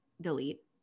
Delete